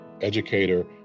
educator